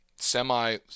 semi